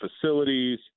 facilities